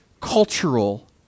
cultural